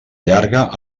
llarga